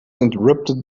interrupted